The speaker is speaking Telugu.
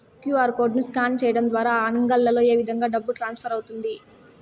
క్యు.ఆర్ కోడ్ ను స్కాన్ సేయడం ద్వారా అంగడ్లలో ఏ విధంగా డబ్బు ట్రాన్స్ఫర్ అవుతుంది